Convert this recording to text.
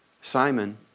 Simon